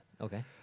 Okay